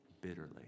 bitterly